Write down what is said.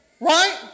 right